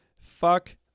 fuck